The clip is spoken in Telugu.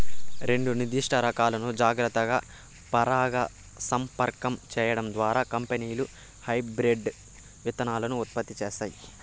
రెండు నిర్దిష్ట రకాలను జాగ్రత్తగా పరాగసంపర్కం చేయడం ద్వారా కంపెనీలు హైబ్రిడ్ విత్తనాలను ఉత్పత్తి చేస్తాయి